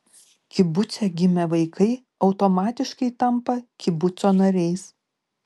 kibuce gimę vaikai automatiškai tampa kibuco nariais